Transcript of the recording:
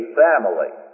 family